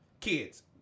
kids